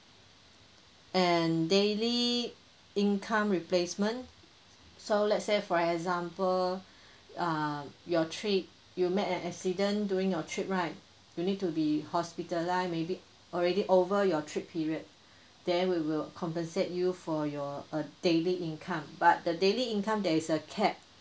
and daily income replacement so let's say for example err your trip you met an accident during your trip right you need to be hospitalised maybe already over your trip period then we will compensate you for your uh daily income but the daily income there is a cap